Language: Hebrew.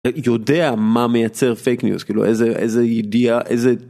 יודע מה מייצר פייק ניוס כאילו איזה איזה ידיעה איזה.